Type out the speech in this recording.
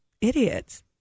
idiots